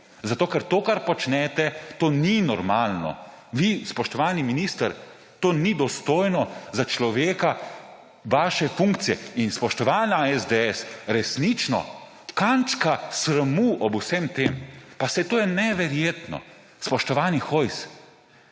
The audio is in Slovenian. zato ker to, kar počnete, to ni normalno. Spoštovani minister, to ni dostojno za človeka vaše funkcije. In spoštovana SDS, resnično kančka sramu ob vsem tem ni. Pa saj to je neverjetno, spoštovani Hojs,